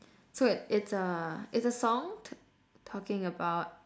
so it it's uh it's a song talk talking about